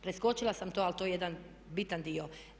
Preskočila sam to ali to je jedan bitan dio.